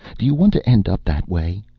do you want to end up that way?